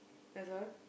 that's all